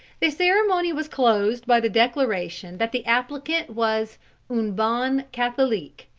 the ceremony was closed by the declaration that the applicant was un bon catholique.